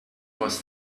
was